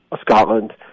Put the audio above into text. Scotland